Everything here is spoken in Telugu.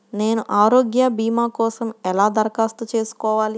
నేను ఆరోగ్య భీమా కోసం ఎలా దరఖాస్తు చేసుకోవాలి?